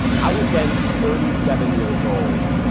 i was then thirty seven years old,